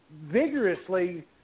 vigorously